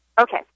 Okay